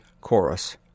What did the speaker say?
Chorus